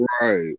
Right